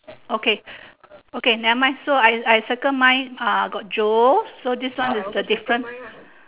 okay okay nevermind so I I circle mine ah got joe so this one is the different